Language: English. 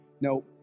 no